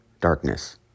darkness